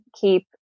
keep